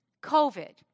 COVID